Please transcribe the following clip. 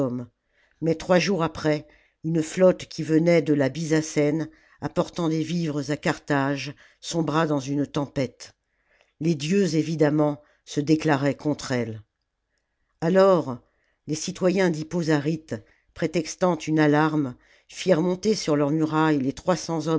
mais trois jours après une flotte qui venait de la bysacène apportant des vivres à carthage sombra dans une tempête les dieux évidemment se déclaraient contre elle alors les citoyens dhippo zaryte prétextant une alarme firent monter sur leurs murailles les